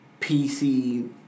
PC